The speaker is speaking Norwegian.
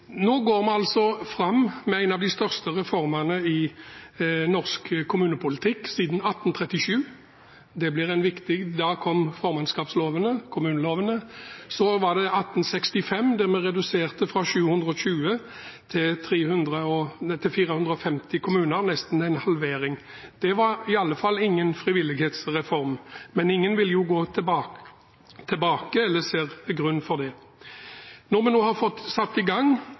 Nå går vi altså for en av de største reformene i norsk kommunepolitikk siden 1837. Da kom formannskapslovene, kommunelovene. Så i 1965 reduserte vi fra 720 til 450 kommuner, nesten en halvering. Det var iallfall ingen frivillighetsreform. Men ingen ser jo noen grunn til å gå tilbake. Nå har vi fått satt i gang en betydelig flytting av makt, og vi har fått satt i gang